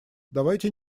давайте